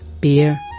beer